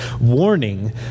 warning